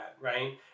right